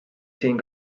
siin